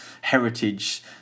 heritage